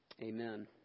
Amen